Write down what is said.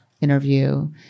interview